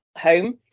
home